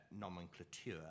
nomenclature